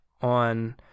on